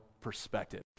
perspective